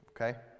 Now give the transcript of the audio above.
Okay